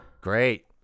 Great